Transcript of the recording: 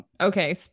okay